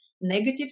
negative